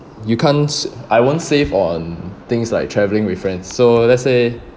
you can't I won't save on things like travelling with friends so let's say